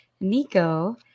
Nico